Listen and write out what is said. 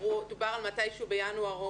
דובר על מתי שהוא בינואר.